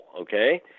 okay